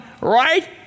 right